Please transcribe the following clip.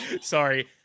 sorry